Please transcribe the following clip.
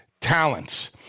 talents